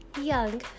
young